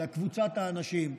לקבוצת אנשים,